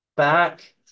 Back